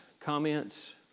comments